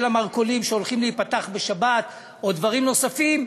המרכולים שהולכים להיפתח בשבת או דברים נוספים,